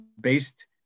based